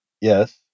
yes